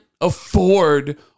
afford